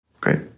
Great